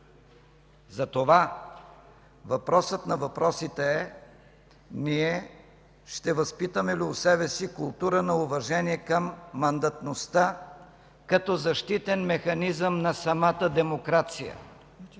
Затова въпросът на въпросите е: ще възпитаме ли у себе си култура на уважение към мандатността, като защитен механизъм на самата демокрация?